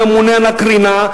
עם הממונה על הקרינה,